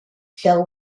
fell